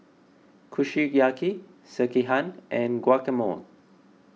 Kushiyaki Sekihan and Guacamole